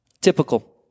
typical